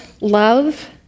love